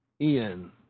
Ian